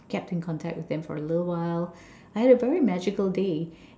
kept in contact with them for a little while I had a very magical day